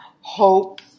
hope